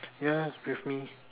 ya with me